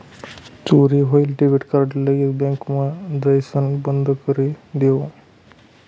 चोरी व्हयेल debit card लगेच बँकमा जाइसण बंदकरी देवो